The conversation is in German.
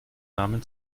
namen